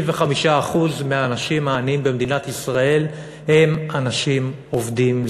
65% מהאנשים העניים במדינת ישראל הם אנשים עובדים.